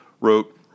wrote